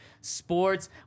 Sports